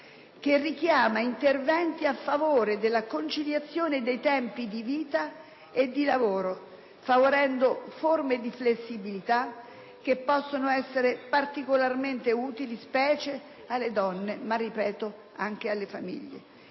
che richiama interventi a favore della conciliazione dei tempi di vita e di lavoro, favorendo forme di flessibilità che possono essere particolarmente utili, specie alle donne, ma - lo ripeto - anche alle famiglie.